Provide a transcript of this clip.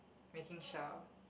making sure